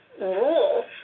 rules